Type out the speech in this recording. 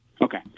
Okay